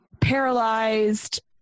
paralyzed